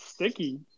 Sticky